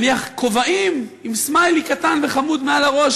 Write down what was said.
להניח כובעים עם סמיילי קטן וחמוד על הראש,